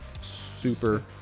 super